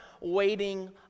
waiting